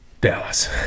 Dallas